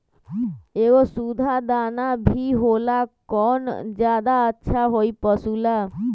एगो सुधा दाना भी होला कौन ज्यादा अच्छा होई पशु ला?